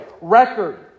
record